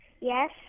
Yes